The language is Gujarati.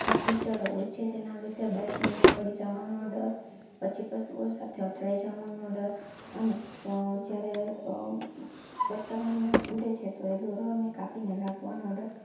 કીચડ હોય છે જેના લીધે બાઈકને પડી જવાનો ડર પછી પશુઓ સાથે અથડાઈ જવાનો ડર અને જ્યારે પતંગો ઊડે છે તો એ દોરો એને કાપીને લાગવાનો ડર